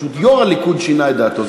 פשוט יושב-ראש הליכוד שינה את דעתו.